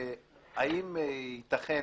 האם ייתכן